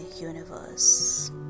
universe